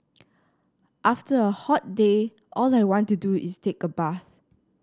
after a hot day all I want to do is take a bath